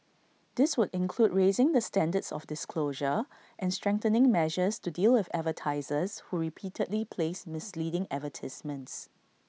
this would include raising the standards of disclosure and strengthening measures to deal with advertisers who repeatedly place misleading advertisements